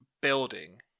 building